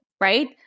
right